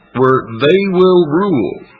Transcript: where they will rule